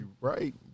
right